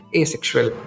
asexual